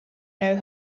know